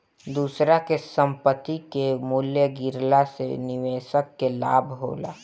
दूसरा के संपत्ति कअ मूल्य गिरला से निवेशक के लाभ होला